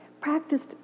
practiced